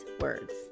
words